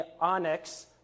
onyx